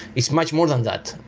it's much more than that,